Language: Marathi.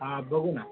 हां बघू ना